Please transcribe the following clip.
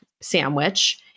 sandwich